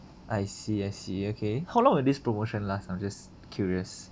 I see I see okay how long will this promotion last I'm just curious